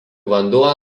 vanduo